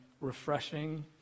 refreshing